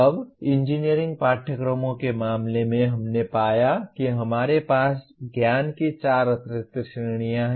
अब इंजीनियरिंग पाठ्यक्रमों के मामले में हमने पाया कि हमारे पास ज्ञान की चार अतिरिक्त श्रेणियां हैं